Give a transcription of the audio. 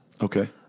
Okay